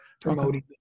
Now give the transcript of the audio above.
promoting